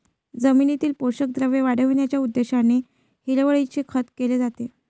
जमिनीतील पोषक द्रव्ये वाढविण्याच्या उद्देशाने हिरवळीचे खत केले जाते